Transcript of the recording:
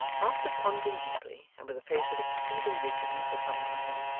after pondering deeply and with a face of exceeding wisdom for some time,